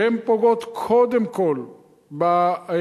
שהן פוגעות קודם כול בצעירים,